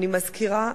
אני מזכירה לכולם: